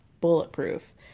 bulletproof